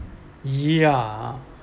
yeah